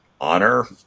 honor